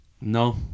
No